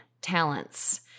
talents